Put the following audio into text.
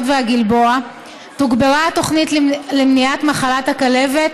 והגלבוע תוגברה התוכנית למניעת מחלת הכלבת,